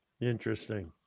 Interesting